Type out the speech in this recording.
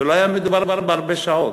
ולא היה מדובר בהרבה שעות.